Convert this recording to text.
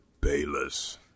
Bayless